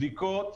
בדיקות,